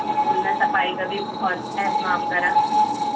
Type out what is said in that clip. school میں صفائی کا بھی بہت اہتمام کرا